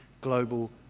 global